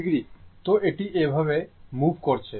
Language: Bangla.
তো এটি এভাবে মুভ করছে